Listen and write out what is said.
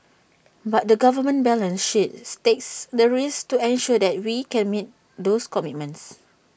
but the government balance sheets takes the risk to ensure that we can meet those commitments